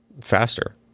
faster